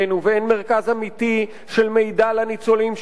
ואין מרכז אמיתי של מידע לניצולים שייתן להם